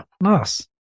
nice